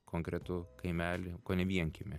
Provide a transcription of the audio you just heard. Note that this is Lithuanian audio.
konkretų kaimelį kone vienkiemį